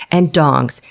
and dongs,